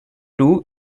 two